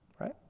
right